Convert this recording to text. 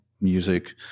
music